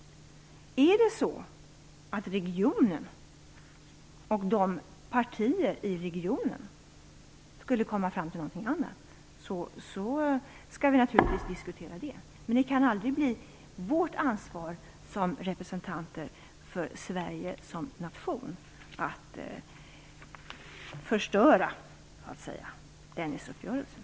Om regionen och partierna i regionen skulle komma fram till någonting annat, skall vi naturligtvis diskutera detta. Men som representanter för Sverige som nation kan det aldrig bli vårt ansvar att förstöra Dennisuppgörelsen.